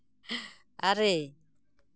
ᱟᱨᱮ